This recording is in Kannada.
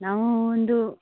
ನಾವು ಒಂದು